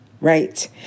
right